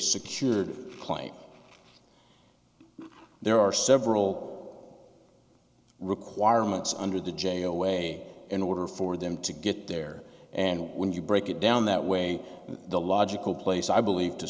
secured client there are several requirements under the jail way in order for them to get there and when you break it down that way the logical place i believe to